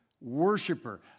worshiper